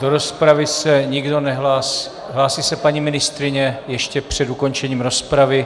Do rozpravy se nikdo nehlásí hlásí se paní ministryně ještě před ukončením rozpravy.